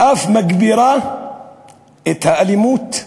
ואף מגבירים את האלימות,